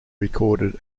recorded